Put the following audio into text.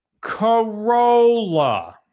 Corolla